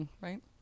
right